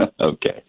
Okay